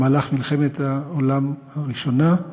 במהלך מלחמת העולם הראשונה,